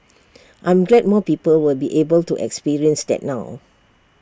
I'm glad more people will be able to experience that now